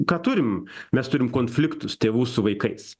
ką turim mes turim konfliktus tėvų su vaikais